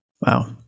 Wow